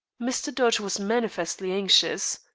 mr. dodge was manifestly anxious.